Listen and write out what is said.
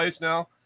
now